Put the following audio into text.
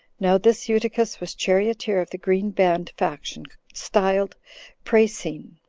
now this eutychus was charioteer of the green band faction, styled prasine,